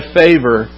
favor